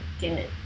get